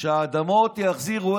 הוא שאת האדמות יחזירו.